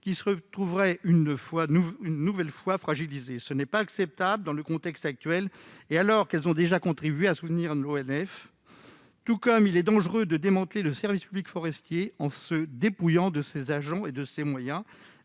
qui seraient une fois encore fragilisées. Ce n'est pas acceptable dans le contexte actuel, alors que les communes ont déjà contribué au soutien de l'ONF. De même, il est dangereux de démanteler le service public forestier en le dépouillant de ses agents et de moyens.